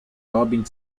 robin